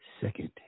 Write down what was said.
Second